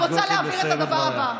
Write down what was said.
אני רוצה להבהיר את הדבר הבא.